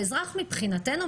מבחינתנו,